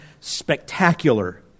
spectacular